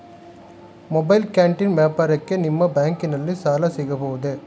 Mobile canteen ವ್ಯಾಪಾರಕ್ಕೆ ನಿಮ್ಮ ಬ್ಯಾಂಕಿನಲ್ಲಿ ಸಾಲ ಸಿಗಬಹುದೇ?